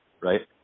right